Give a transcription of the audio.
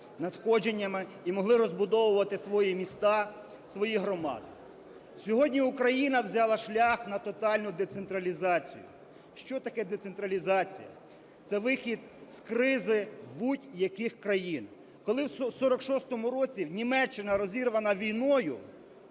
надходженнями і могли розбудовувати свої міста, свої громади. Сьогодні Україна взяла шлях на тотальну децентралізацію. Що таке децентралізація? Це вихід з кризи будь-яких країн. Коли в 46-му році Німеччина, розірвана війною,